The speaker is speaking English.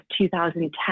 2010